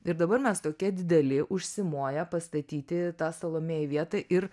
ir dabar mes tokie dideli užsimoję pastatyti tą salomėją į vietą ir